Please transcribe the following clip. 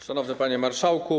Szanowny Panie Marszałku!